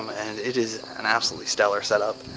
and it is an absolutely stellar set up.